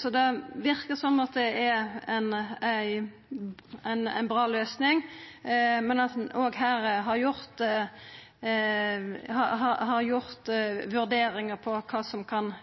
Så det verkar som at det er ei bra løysing, og at ein òg har gjort vurderingar av kva som kan